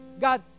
God